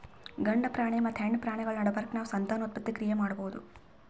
ಗಂಡ ಪ್ರಾಣಿ ಮತ್ತ್ ಹೆಣ್ಣ್ ಪ್ರಾಣಿಗಳ್ ನಡಬರ್ಕ್ ನಾವ್ ಸಂತಾನೋತ್ಪತ್ತಿ ಕ್ರಿಯೆ ಮಾಡಬಹುದ್